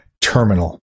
terminal